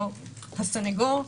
הסנגור,